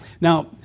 Now